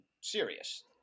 serious